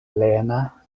plena